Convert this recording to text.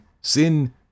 sin